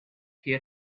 here